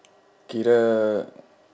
kira